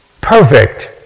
perfect